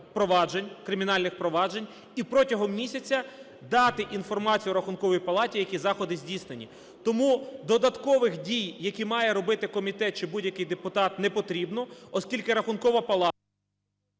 проваджень, кримінальних проваджень, і протягом місяця дати інформацію Рахунковій палаті, які заходи здійснені. Тому додаткових дій, які має робити комітет чи будь-який депутат, не потрібно, оскільки Рахункова палата...